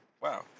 Wow